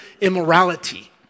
immorality